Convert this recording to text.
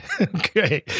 Okay